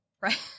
Right